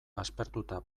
aspertuta